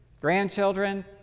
grandchildren